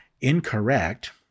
incorrect